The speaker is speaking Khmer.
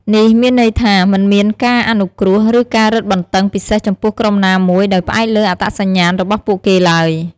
នេះមានន័យថា មិនមានការអនុគ្រោះ ឬការរឹតបន្តឹងពិសេសចំពោះក្រុមណាមួយដោយផ្អែកលើអត្តសញ្ញាណរបស់ពួកគេឡើយ។